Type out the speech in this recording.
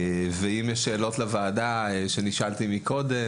אם יש שאלות לוועדה, שאני שאלתי מקודם